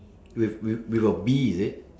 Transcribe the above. with with with a bee is it